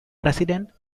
president